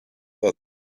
that